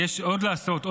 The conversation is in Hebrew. יש עוד לעשות,